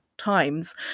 times